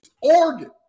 Oregon